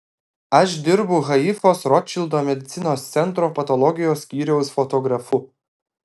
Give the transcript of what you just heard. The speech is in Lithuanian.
aš dirbu haifos rotšildo medicinos centro patologijos skyriaus fotografu